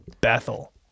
Bethel